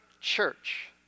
church